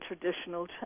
traditional